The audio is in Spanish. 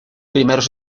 primeros